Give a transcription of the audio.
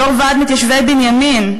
יו"ר ועד מתיישבי בנימין,